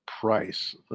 Price